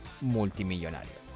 multimillonario